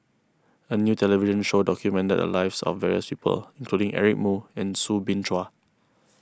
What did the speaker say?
a new television show documented the lives of various people including Eric Moo and Soo Bin Chua